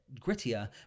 grittier